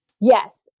yes